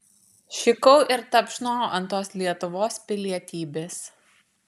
šikau ir tapšnojau ant tos lietuvos pilietybės